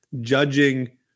judging